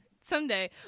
Someday